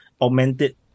augmented